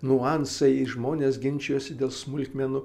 niuansai ir žmonės ginčijosi dėl smulkmenų